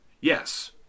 Yes